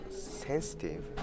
sensitive